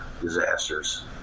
disasters